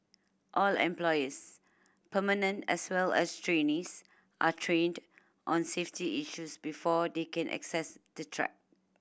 all employees permanent as well as trainees are trained on safety issues before they can access the track